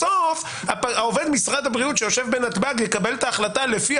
בסוף העובד של משרד הבריאות שיושב בנתב"ג יקבל את ההחלטה לפי